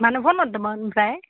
मानो फन हरदोंमोन ओमफ्राय